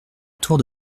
tour